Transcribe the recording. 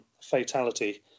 fatality